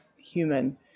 human